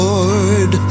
Lord